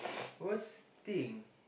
worst thing